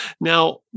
Now